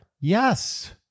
Yes